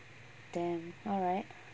damn alright